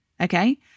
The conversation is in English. Okay